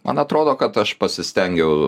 man atrodo kad aš pasistengiau